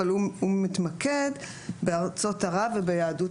אבל הוא מתמקד בארצות ערב וביהדות